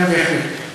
כן, בהחלט,